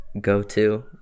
go-to